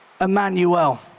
Emmanuel